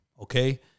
okay